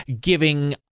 giving